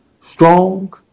strong